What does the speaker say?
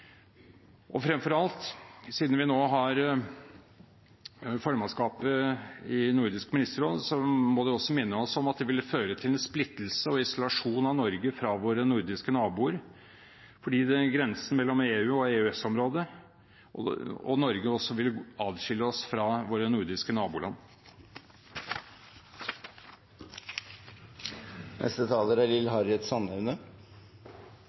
konkurransepolitikken. Fremfor alt, siden vi nå har formannskapet i Nordisk ministerråd, må det også minne oss om at det ville føre til en splittelse og isolasjon av Norge fra våre nordiske naboer, fordi grensen mellom EU og EØS-området og Norge ville adskille oss fra våre nordiske naboland. Uansett hva slags meninger man måtte ha om EØS-avtalen og EU, er